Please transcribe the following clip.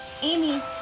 Amy